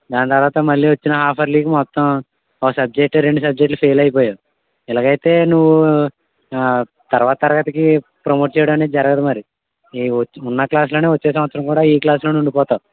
దాని తర్వాత మళ్లీ వచ్చిన ఆఫర్లీకి మొత్తం ఒక సబ్జెక్ట్ రెండు సబ్జెక్ట్లు ఫెయిల్ అయిపోయావు ఇలగైతే నువ్వు తర్వాత తరగతికి ప్రమోట్ చేయడం అనేది జరగదు మరి ఉన్న క్లాస్లోనే వచ్చే సంవత్సరం కూడా ఈ క్లాస్లోనే ఉండిపోతావు